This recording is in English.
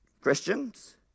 Christians